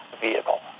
vehicle